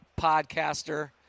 podcaster